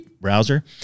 Browser